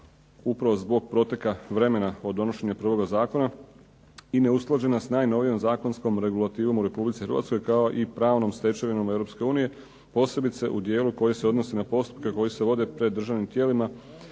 upravo zbog proteka vremena od donošenja prvoga zakona i neusklađena s najnovijom zakonskom regulativom u Republici Hrvatskoj, kao i pravnom stečevinom Europske unije, posebice u dijelu koji se odnosi na postupke koji se vode pred državnim tijelima